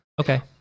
Okay